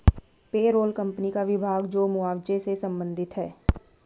payroll company का विभाग जो मुआवजे से संबंधित है